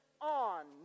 On